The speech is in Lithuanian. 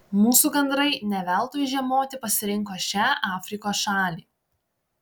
mūsų gandrai ne veltui žiemoti pasirinko šią afrikos šalį